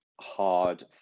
hard